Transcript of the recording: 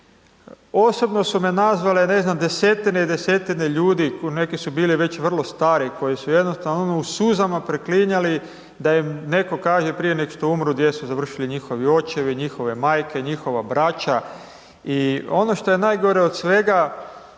Osobno su me nazvale desetine i desetine ljudi, neki su bili već vrlo stari koji su jednostavno ono u suzama preklinjali da im netko kaže prije nego što umru gdje su završili njihovi očevi, njihove majke, njihova braća. I ono što je najgore od svega,